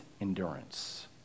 endurance